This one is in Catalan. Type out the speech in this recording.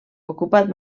ocupat